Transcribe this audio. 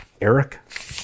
Eric